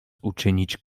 uczynić